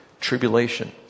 tribulation